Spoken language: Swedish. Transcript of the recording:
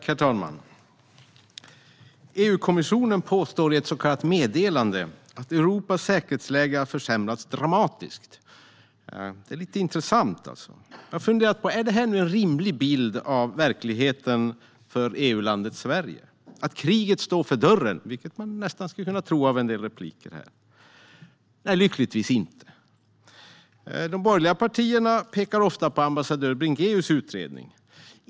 Herr talman! EU-kommissionen påstår i ett så kallat meddelande att Europas säkerhetsläge har försämrats dramatiskt. Det är lite intressant. Är det en rimlig bild av verkligheten för EU-landet Sverige att kriget står för dörren, vilket man skulle kunna tro av en del repliker? Nej, lyckligtvis inte. De borgerliga partierna pekar ofta på ambassadör Bringéus utredning.